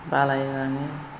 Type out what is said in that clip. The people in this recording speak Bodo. बालायलाङो